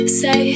say